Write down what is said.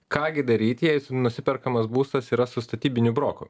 ką gi daryt jei nusiperkamas būstas yra su statybiniu broku